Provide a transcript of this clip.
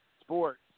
Sports